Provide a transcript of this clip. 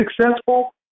successful